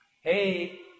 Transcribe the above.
hey